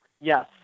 Yes